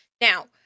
now